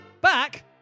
back